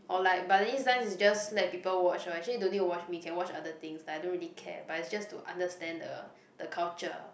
or like Balinese dance is just let people watch lor actually don't need to watch me can watch other things like I don't really care but is just to understand the the culture